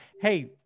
Hey